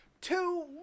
Two